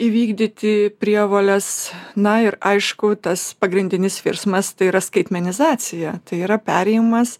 įvykdyti prievoles na ir aišku tas pagrindinis virsmas tai yra skaitmenizacija tai yra perėjimas